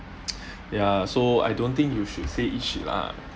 ya so I don't think you should say eat shit lah